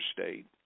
state